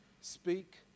speak